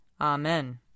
Amen